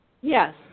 Yes